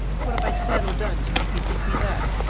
what have i said or done to make you think me that?